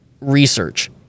research